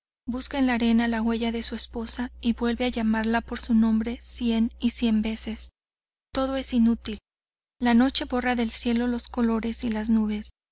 busca en la arena la huella de su esposa y vuelve a llamarla por su nombre cien y cien veces todo es inútil la noche borra del cielo los colores y las nubes